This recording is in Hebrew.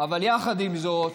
אבל יחד עם זאת,